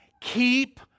Keep